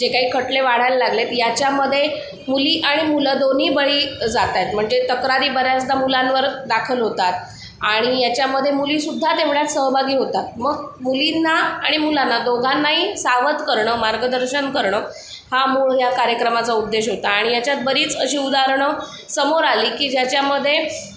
जे काही खटले वाढायला लागले आहेत याच्यामध्ये मुली आणि मुलं दोन्ही बळी जात आहेत म्हणजे तक्रारी बऱ्याचदा मुलांवर दाखल होतात आणि याच्यामध्ये मुलीसुद्धा तेवढ्याच सहभागी होतात मग मुलींना आणि मुलांना दोघांनाही सावध करणं मार्गदर्शन करणं हा मूळ ह्या कार्यक्रमाचा उद्देश होता आणि याच्यात बरीच अशी उदाहरणं समोर आली की ज्याच्यामध्ये